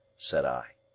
said i.